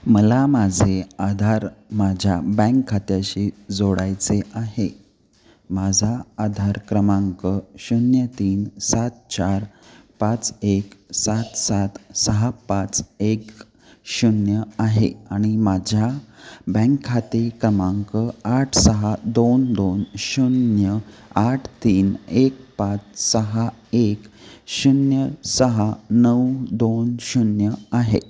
मला माझे आधार माझ्या बँक खात्याशी जोडायचे आहे माझा आधार क्रमांक शून्य तीन सात चार पाच एक सात सात सहा पाच एक शून्य आहे आणि माझ्या बँक खाते क्रमांक आठ सहा दोन दोन शून्य आठ तीन एक पाच सहा एक शून्य सहा नऊ दोन शून्य आहे